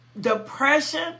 depression